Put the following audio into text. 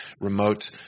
remote